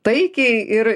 taikiai ir